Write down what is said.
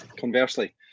conversely